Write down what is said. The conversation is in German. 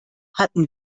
hatten